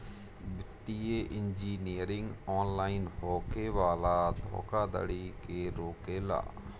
वित्तीय engineering online होखे वाला धोखाधड़ी के रोकेला